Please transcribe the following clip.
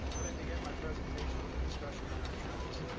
let me begin my presentation with a discussion on our trends.